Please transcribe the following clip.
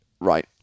Right